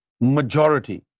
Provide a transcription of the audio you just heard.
majority